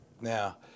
Now